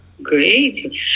Great